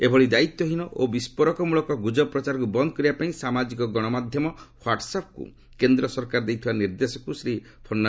ଏଭଳି ଦାୟିତ୍ୱହୀନ ଓ ବିସ୍ଫୋରକମୂଳକ ଗୁଜବ ପ୍ରଚାରକୁ ବନ୍ଦ କରିବା ପାଇଁ ସାମାଜିକ ଗଶମାଧ୍ୟମ ହ୍ୱାଟ୍ସଅପକୁ କେନ୍ଦ୍ର ସରକାର ଦେଇଥିବା ନିର୍ଦ୍ଦେଶକୁ ଶ୍ରୀଫଡନ୍